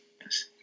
Yes